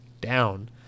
down